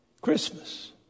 Christmas